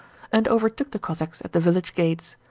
and overtook the cossacks at the village gates.